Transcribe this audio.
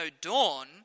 dawn